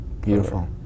Beautiful